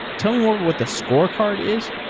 tell me more what the scorecard is.